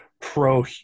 Pro